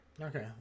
Okay